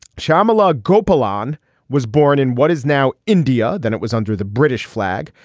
sharmila. gopalan was born in what is now india than it was under the british flag.